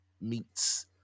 Meets